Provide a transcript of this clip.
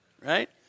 right